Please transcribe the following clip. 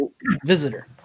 Visitor